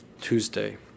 Tuesday